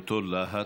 באותו להט.